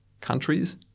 countries